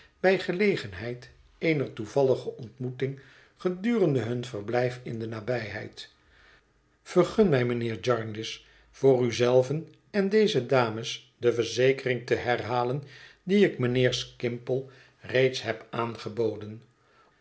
bij gelegenheid eener toevallige ontmoeting gedurende hun verbijf in de nabijheid vergun mij mijnheer jarndyce voor u zelven en deze dames de verzekering te herhalen die ik mijnheer skimpole reeds heb aangeboden